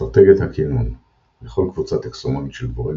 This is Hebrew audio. אסטרטגיית הקינון – לכל קבוצה טקסונומית של דבורים